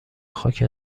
خاک